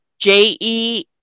j-e